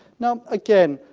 now, again,